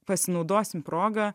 pasinaudosime proga